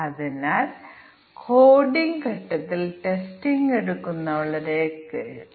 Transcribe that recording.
അതിനാൽ A5 തന്നിരിക്കുന്നതുപോലെ തന്നെ A 5 യഥാർത്ഥത്തിൽ അസാധുവാണ് നമുക്ക് പരിഗണിക്കാം